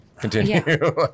continue